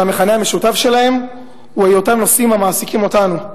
שהמכנה המשותף שלהם הוא היותם נושאים המעסיקים אותנו,